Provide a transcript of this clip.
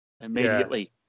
Immediately